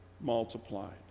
multiplied